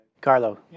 Carlo